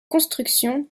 construction